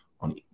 on